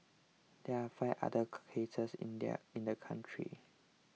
there are five other cases in there in the country